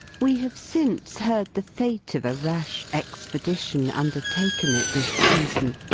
we have since heard the fate of a rash expedition undertaken at this season,